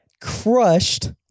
crushed